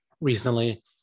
recently